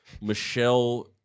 Michelle